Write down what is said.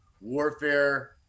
warfare